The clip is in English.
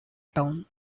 town